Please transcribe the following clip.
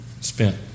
spent